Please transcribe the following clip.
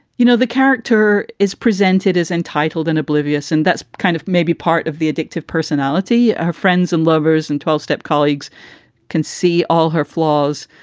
you know, the character is presented as entitled and oblivious. and that's kind of maybe part of the addictive personality of her friends and lovers. and twelve step colleagues can see all her flaws.